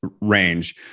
range